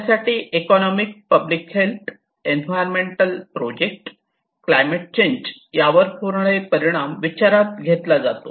त्यासाठी economic public health environment project climate change या वर होणारे परिणाम विचारात घेतला जातो